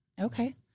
Okay